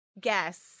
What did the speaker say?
guess